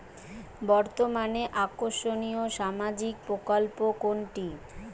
বর্তমানে আকর্ষনিয় সামাজিক প্রকল্প কোনটি?